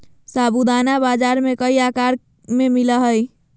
साबूदाना बाजार में कई आकार में मिला हइ